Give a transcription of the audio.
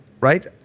right